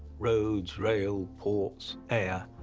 roads, rail, ports, air,